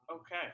Okay